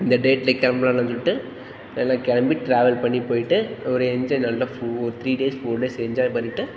இந்த டேட்டில் கிளம்பலாம் எல்லாம் சொல்லிட்டு எல்லாம் கிளம்பி ட்ராவல் பண்ணி போய்ட்டு ஒரு என்ஜாய் நல்ல four three days four days enjoy பண்ணிவிட்டு